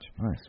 Nice